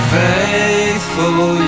faithful